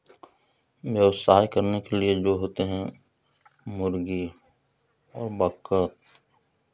व्यवसाय करने के लिए जो होते हैं मुर्गी और बत्तख